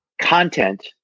content